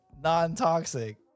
non-toxic